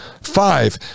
Five